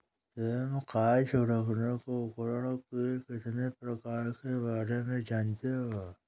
तुम खाद छिड़कने के उपकरण के कितने प्रकारों के बारे में जानते हो?